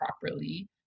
properly